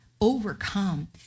overcome